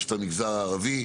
יש את המגזר הערבי,